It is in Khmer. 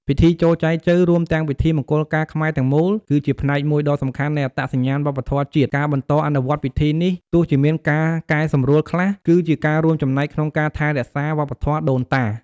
ពិធីចូលចែចូវ រួមទាំងពិធីមង្គលការខ្មែរទាំងមូល គឺជាផ្នែកមួយដ៏សំខាន់នៃអត្តសញ្ញាណវប្បធម៌ជាតិ ការបន្តអនុវត្តពិធីនេះ ទោះជាមានការកែសម្រួលខ្លះ គឺជាការរួមចំណែកក្នុងការថែរក្សាវប្បធម៌ដូនតា។